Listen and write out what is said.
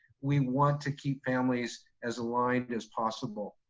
we want to keep families as aligned as possible.